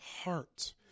heart